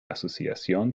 asociación